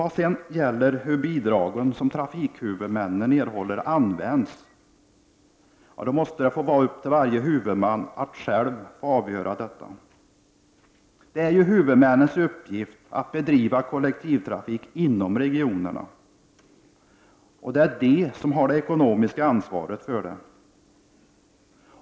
Det måste vara upp till varje trafikhuvudman att själv få avgöra hur bidragen skall användas. Det är huvudmännens uppgift att bedriva kollektivtrafik inom regionerna, och det är huvudmännen som har det ekonomiska ansvaret för den.